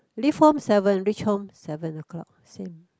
leave home seven reach home seven o-clock same